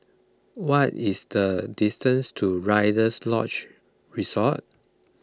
what is the distance to Rider's Lodge Resort